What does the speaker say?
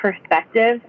perspective